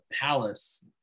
Palace